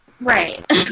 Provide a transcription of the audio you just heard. right